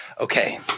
Okay